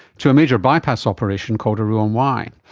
to a major bypass operation called a roux en y.